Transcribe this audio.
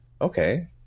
okay